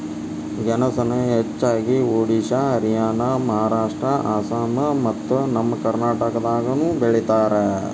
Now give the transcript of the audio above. ಗೆಣಸನ ಹೆಚ್ಚಾಗಿ ಒಡಿಶಾ ಹರಿಯಾಣ ಮಹಾರಾಷ್ಟ್ರ ಅಸ್ಸಾಂ ಮತ್ತ ನಮ್ಮ ಕರ್ನಾಟಕದಾಗನು ಬೆಳಿತಾರ